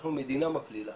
אנחנו מדינה מפלילה,